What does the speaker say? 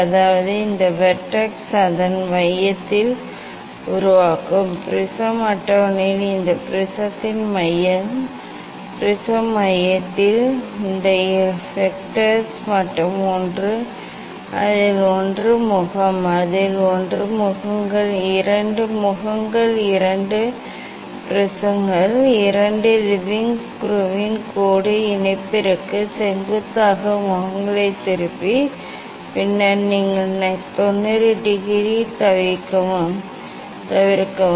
அதாவது இந்த வெர்டெக்ஸ் அதை மையத்தில் உருவாக்கும் முப்படை கண்ணாடிஅட்டவணையின் இந்த முப்படை கண்ணாடி மையத்தின் மையத்தில் இந்த வெர்டெக்ஸ் மற்றும் அதில் ஒன்று முகம் அதில் ஒன்று முகங்கள் இந்த இரண்டு முகங்களும் இரண்டு முகங்கள் முப்படை கண்ணாடி அட்டவணையின் லெவலிங் ஸ்க்ரூவின் கோடு இணைப்பிற்கு செங்குத்தாக முகங்களைத் திருப்பி பின்னர் நீங்கள் 90 டிகிரியில் தவிர்க்கவும்